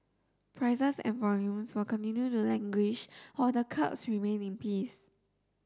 prices and volumes will continue to languish while the curbs remain in peace